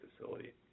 facility